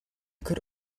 could